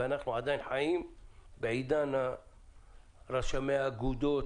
ואנחנו עדיין חיים בעידן רשמי האגודות,